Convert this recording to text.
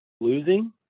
losing